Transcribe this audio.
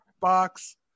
box